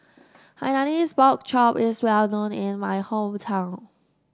Hainanese Pork Chop is well known in my hometown